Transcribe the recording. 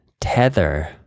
tether